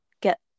get